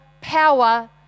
power